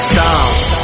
Stars